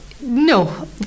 no